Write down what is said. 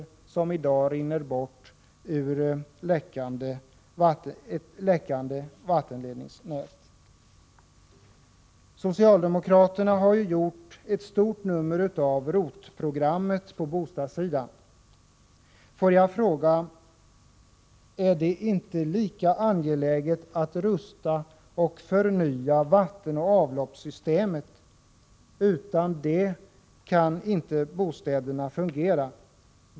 Vatten rinner i dag bort ur ett läckande vattenledningsnät. Socialdemokraterna har ju gjort ett stort nummer av ROT-programmet på bostadssidan. Får jag fråga: Är det inte lika angeläget att rusta upp och förnya vattenoch avloppssystemet? Utan det kan inte bostäderna fungera.